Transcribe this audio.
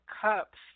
Cups